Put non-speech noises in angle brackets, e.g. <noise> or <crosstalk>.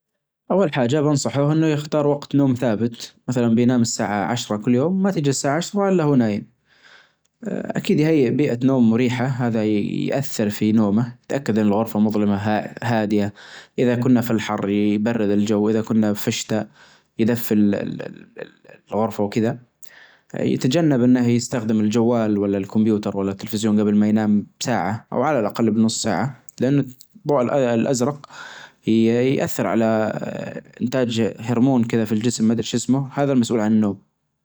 اول حاجة بنصحه انه يختار وقت نوم ثابت مثلا بينام الساعة عشرة كل يوم ما تجي الساعة عشرة الا وهو نايم <hesitation> اكيد يهيأ بيئة نوم مريحة هذا يأثر في نومه يتأكد ان الغرفة مظلمة <hesitation> هادئة اذا كنا في الحر يبرد الجو اذا كنا في الشتاء يدفي <hesitation> الغرفة كذا يتجنب انه يستخدم الجوال ولا الكمبيوتر ولا التلفزيون جبل ما ينام بساعة او على الاقل بنص ساعة لان ضوء الاية الازرق يأثر على <hesitation> انتاج هرمون كذا في الجسم مدري شسمه هذا المسؤول عن النوم.